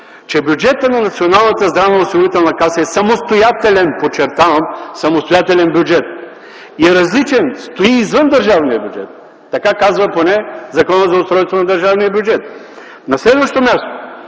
че бюджетът на Националната здравноосигурителна каса е самостоятелен, подчертавам, самостоятелен бюджет. Той е различен и стои извън държавния бюджет. Така казва поне Законът за устройството на държавния бюджет. На следващо място,